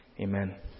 Amen